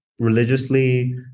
religiously